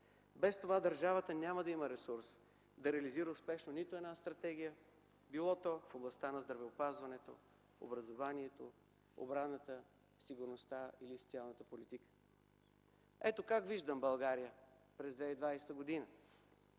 Без това държавата няма да има ресурс да реализира успешно нито една стратегия било то в областта на здравеопазването, образованието, отбраната, сигурността или социалната политика. Ето как виждам България през 2020 г.